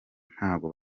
ntago